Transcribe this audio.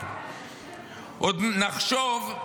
עוד נחשוב,